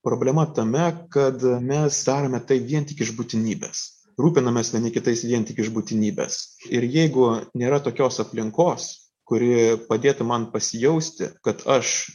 problema tame kad mes darome tai vien tik iš būtinybės rūpinamės vieni kitais vien tik iš būtinybės ir jeigu nėra tokios aplinkos kuri padėtų man pasijausti kad aš